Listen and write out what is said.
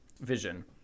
vision